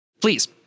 please